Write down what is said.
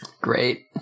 Great